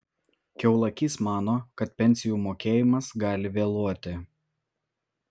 kiaulakys mano kad pensijų mokėjimas gali vėluoti